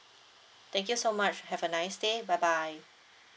thank you so much have a nice day bye bye